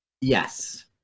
yes